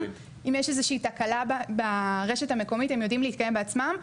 אם יש איזושהי תקלה ברשת המקומית הם יודעים להתקיים בעצמם.